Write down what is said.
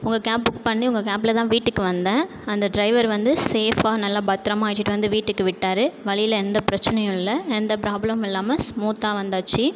உங்கள் cab book பண்ணி உங்கள் கேபில் தான் வீட்டுக்கு வந்தேன் அந்த டிரைவர் வந்து சேஃப்பாக நல்லா பத்தரமாக அழைத்திட்டு வந்து வீட்டுக்கு விட்டாரு வழியில் எந்தப் பிரச்சனையும் இல்லை எந்த பிராப்ளமும் இல்லாமல் ஸ்மூத்தாக வந்தாச்சு